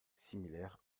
similaires